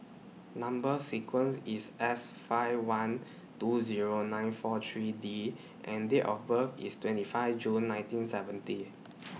Number sequence IS S five one two Zero nine four three D and Date of birth IS twenty five June nineteen seventy